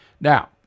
Now